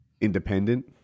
independent